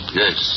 yes